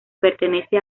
pertenece